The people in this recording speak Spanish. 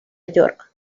york